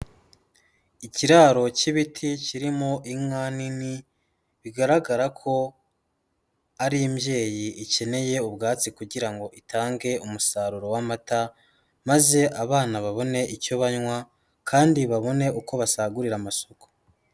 Ikiraro cy'ibiti kirimo inka nini bigaragara ko ari imbyeyi ikeneye ubwatsi kugira ngo itange umusaruro w'amata maze abana babone icyo banywa kandi babone uko basagurira amasoko.